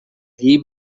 allí